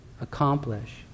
accomplish